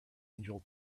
angel